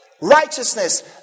Righteousness